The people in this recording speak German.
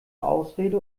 ausrede